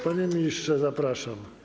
Panie ministrze, zapraszam.